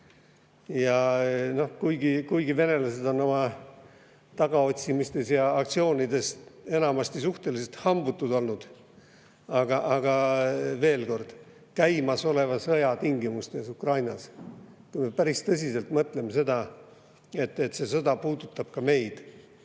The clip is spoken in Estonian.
seda. Kuigi venelased on oma tagaotsimistes ja aktsioonides enamasti suhteliselt hambutud olnud, siis Ukrainas käimasoleva sõja tingimustes ei peaks me, kui me päris tõsiselt mõtleme, et see sõda puudutab ka meid,